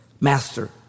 Master